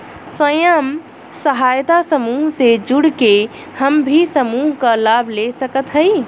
स्वयं सहायता समूह से जुड़ के हम भी समूह क लाभ ले सकत हई?